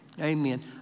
Amen